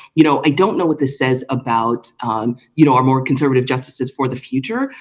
you know, i don't know what this says about you know are more conservative justices for the future,